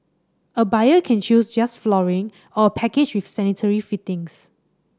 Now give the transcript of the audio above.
a buyer can choose just flooring or a package with sanitary fittings